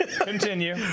Continue